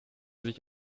sich